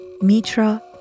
Mitra